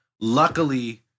luckily